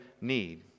need